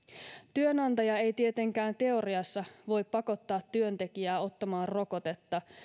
työnantaja ei tietenkään teoriassa voi pakottaa työntekijää ottamaan rokotetta